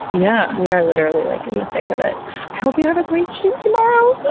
yeah we are literally like in the thick of it. i hope you have a great shoot tomorrow! ahhh,